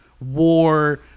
war